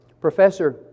Professor